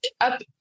up